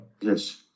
Yes